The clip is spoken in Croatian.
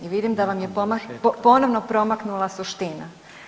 I vidim da vam je ponovno promaknula suština.